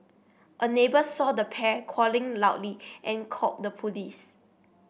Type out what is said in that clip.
a neighbour saw the pair quarrelling loudly and called the police